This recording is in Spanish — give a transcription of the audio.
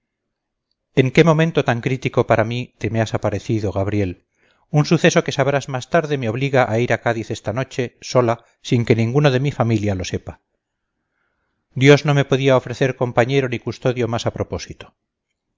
en qué momento tan crítico para mí te me has aparecido gabriel un suceso que sabrás más tarde me obliga a ir a cádiz esta noche sola sin que ninguno de mi familia lo sepa dios no me podía ofrecer compañero ni custodio más a propósito